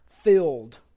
filled